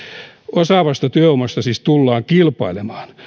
osaavasta työvoimasta siis tullaan kilpailemaan